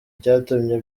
icyatumye